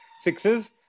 sixes